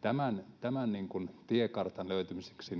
tämän tiekartan löytämiseksi